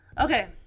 Okay